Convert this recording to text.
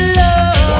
love